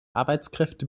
arbeitskräfte